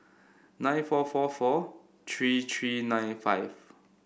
nine four four four three three nine five